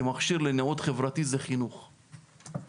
כמכשיר לניעות חברתי הוא חינוך ,